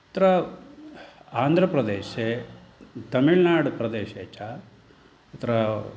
तत्र आन्ध्रप्रदेशे तमिळ्नाडुप्रदेशे च तत्र